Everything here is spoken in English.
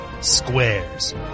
Squares